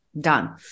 done